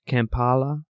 Kampala